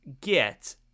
get